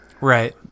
Right